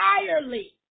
entirely